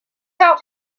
out